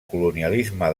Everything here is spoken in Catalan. colonialisme